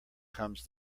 comes